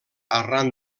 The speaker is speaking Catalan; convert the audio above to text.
arran